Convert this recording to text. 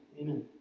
Amen